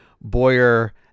Boyer